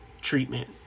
treatment